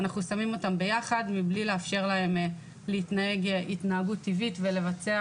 אנחנו שמים אותן ביחד מבלי לאפשר להן להתנהג התנהגות טבעית ולבצע